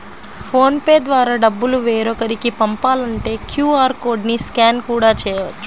phone pay ద్వారా డబ్బులు వేరొకరికి పంపాలంటే క్యూ.ఆర్ కోడ్ ని స్కాన్ కూడా చేయవచ్చు